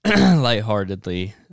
lightheartedly